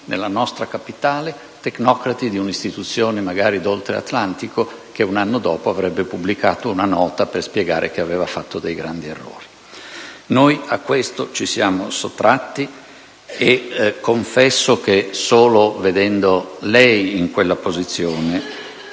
nella nostra capitale e facenti parte di un'istituzione, magari di oltre Atlantico, che un anno dopo avrebbe pubblicato una nota per spiegare che aveva fatto grandi errori. Noi a questo ci siamo sottratti, e confesso che, solo vedendo lei in quella posizione,